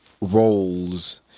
roles